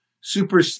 super